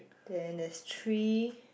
then there's three